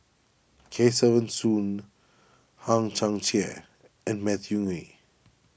Kesavan Soon Hang Chang Chieh and Matthew Ngui